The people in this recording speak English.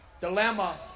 dilemma